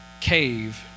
cave